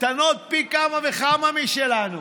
קטנות פי כמה וכמה משלנו.